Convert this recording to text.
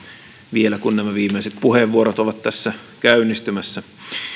vielä kun nämä viimeiset puheenvuorot ovat tässä käynnistymässä